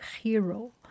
hero